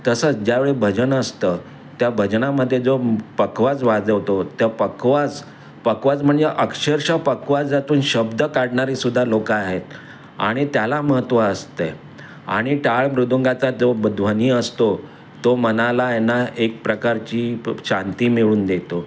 तसंच ज्यावेळेस भजन असतं त्या भजनामध्ये जो पखवाज वाजवतो त्या पखवाज पखवाज म्हणजे अक्षरशः पखवाजातून शब्द काढणारी सुद्धा लोकं आहेत आणि त्याला महत्व असते आणि टाळ मृदुंगाचा जो ध्वनी असतो तो मनाला आहे ना एक प्रकारची शांती मिळून देतो